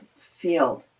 field